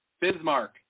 Bismarck